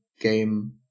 game